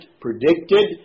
predicted